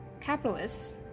capitalists